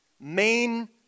main